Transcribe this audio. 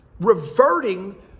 reverting